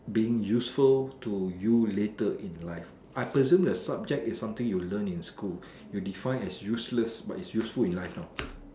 being useful to you later in life I presume that the subject is what you learn in school you define as useless but it is useful in life now